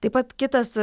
taip pat kitas